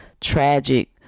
tragic